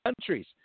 countries